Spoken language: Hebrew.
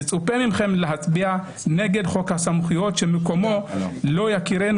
מצופה מכם להצביע נגד חוק הסמכויות שמקומו לא ייכנס